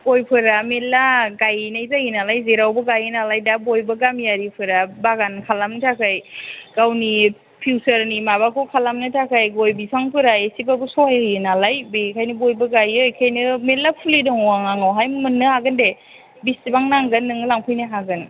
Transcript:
गयफोरा मेरला गायनाय जायो नालाय जेरावबो गायो नालाय दा बयबो गामियारिफोरा बागान खालामनो थाखाय गावनि फिउसारनि माबाखौ खालामनो थाखाय गय बिफांफोरा इसेबाबो सहाय होयो नालाय बेखायनो बइबो गायो बेखायनो मेरला फुलि दङ आंनावहाय मोननो हागोन दे बेसेबां नांगोन नों लांफैनो हागोन